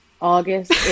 August